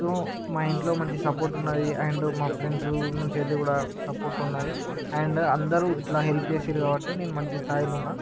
so మా ఇంట్లో మంచి సపోర్ట్ ఉన్నది అండ్ మా ఫ్రెండ్స్ నుండి కూడా సపోర్ట్ ఉన్నది అండ్ అందరు ఇట్ల హెల్ప్ చేసారు కాబట్టే నేను మంచి స్థాయిలో ఉన్న